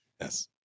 Yes